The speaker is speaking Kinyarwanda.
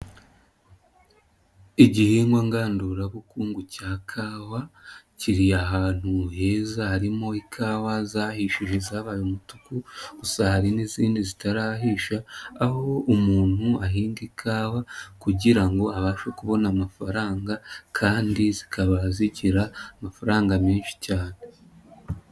Igihingwa ngandurabukungu cya kawa kiri ahantu heza harimo ikawa zahishije zabaye umutuku gusa hari n'izindi zitarahisha, aho umuntu ahinga ikawa kugira ngo abashe kubona amafaranga kandi zikaba zigira amafaranga menshi cyane.